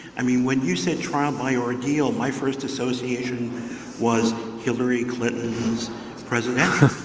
i mean when you said trial by ordeal, my first association was hillary clinton's presidential